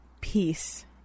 peace